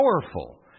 powerful